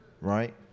right